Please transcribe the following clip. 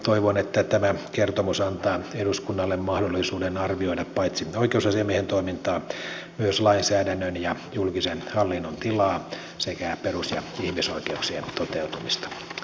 toivon että tämä kertomus antaa eduskunnalle mahdollisuuden arvioida paitsi oikeusasiamiehen toimintaa myös lainsäädännön ja julkisen hallinnon tilaa sekä perus ja ihmisoikeuksien toteutumista